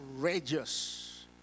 courageous